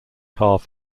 half